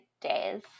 days